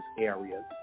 areas